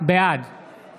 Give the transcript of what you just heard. בעד